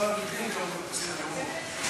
לוועדת העבודה, הרווחה והבריאות נתקבלה.